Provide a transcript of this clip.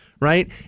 right